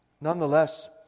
Nonetheless